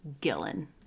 Gillen